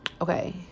Okay